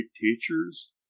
teachers